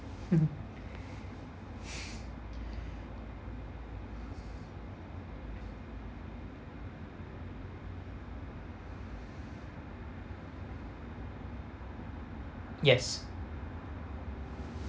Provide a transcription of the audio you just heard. yes